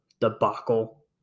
debacle